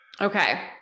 Okay